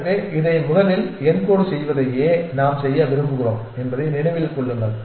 எனவே இதை முதலில் யென்கோட் செய்வதேயே நாம் செய்ய விரும்புகிறோம் என்பதை நினைவில் கொள்ளுங்கள்